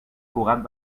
cugat